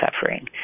suffering